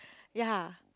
ya